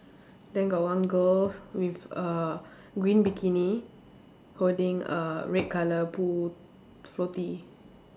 then got one girl with a green bikini holding a red colour pool floaty